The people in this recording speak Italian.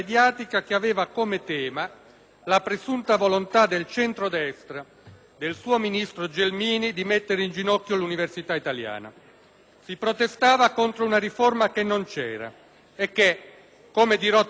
la presunta volontà del centrodestra e del suo ministro Gelmini di mettere in ginocchio l'università italiana. Si protestava contro una riforma che non c'era e che, come dirò tra breve, non c'è.